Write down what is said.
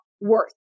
worth